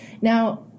Now